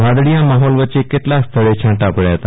વાદળિયા માહોલ વચ્ચે કેટલાક સથળે છાંટા પડયા હતા